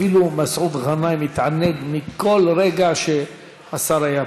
אפילו מסעוד גנאים התענג מכל רגע שהשר היה פה,